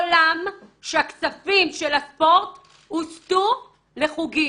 שהכספים של הספורט הוסטו לחוגים,